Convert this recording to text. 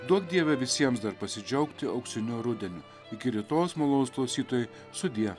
duok dieve visiems dar pasidžiaugti auksiniu rudeniu iki rytojaus malonūs klausytojai sudie